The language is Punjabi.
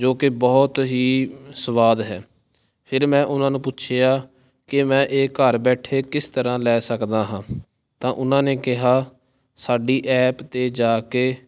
ਜੋ ਕਿ ਬਹੁਤ ਹੀ ਸਵਾਦ ਹੈ ਫਿਰ ਮੈਂ ਉਹਨਾਂ ਨੂੰ ਪੁੱਛਿਆ ਕਿ ਮੈਂ ਇਹ ਘਰ ਬੈਠੇ ਕਿਸ ਤਰ੍ਹਾਂ ਲੈ ਸਕਦਾ ਹਾਂ ਤਾਂ ਉਹਨਾਂ ਨੇ ਕਿਹਾ ਸਾਡੀ ਐਪ 'ਤੇ ਜਾ ਕੇ